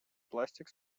пластик